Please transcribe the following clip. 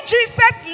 Jesus